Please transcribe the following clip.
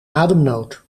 ademnood